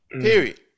Period